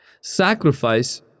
sacrifice